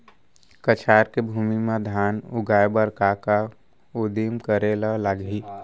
कछार के भूमि मा धान उगाए बर का का उदिम करे ला लागही?